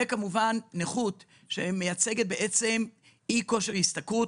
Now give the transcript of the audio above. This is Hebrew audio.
וכמובן נכות שמייצגת אי-כושר השתכרות,